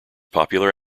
popular